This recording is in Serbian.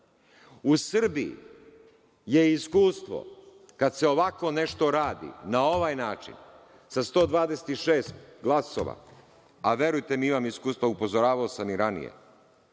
u Srbiji je iskustvo kad se ovako nešto radi na ovaj način sa 126 glasova, a verujte mi imam iskustva, upozoravao sam i ranije